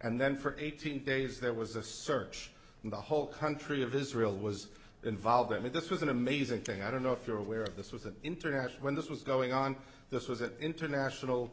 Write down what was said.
and then for eighteen days there was a search and the whole country of israel was involved i mean this was an amazing thing i don't know if you're aware of this was an international when this was going on this was an international